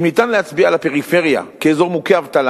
אם ניתן להצביע על הפריפריה כאזור מוכה אבטלה,